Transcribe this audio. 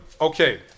okay